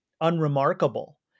unremarkable